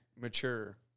Mature